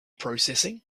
processing